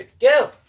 Go